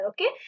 Okay